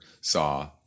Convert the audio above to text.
saw